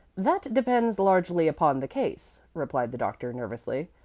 that depends largely upon the case, replied the doctor, nervously.